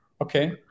Okay